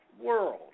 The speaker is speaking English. world